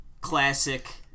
classic